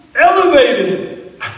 Elevated